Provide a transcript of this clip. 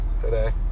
today